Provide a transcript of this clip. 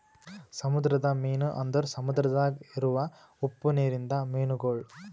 ಸಮುದ್ರದ ಮೀನು ಅಂದುರ್ ಸಮುದ್ರದಾಗ್ ಇರವು ಉಪ್ಪು ನೀರಿಂದ ಮೀನುಗೊಳ್